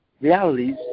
realities